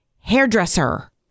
hairdresser